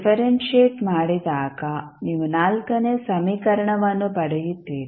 differentiate ಮಾಡಿದಾಗ ನೀವು ನೇ ಸಮೀಕರಣವನ್ನು ಪಡೆಯುತ್ತೀರಿ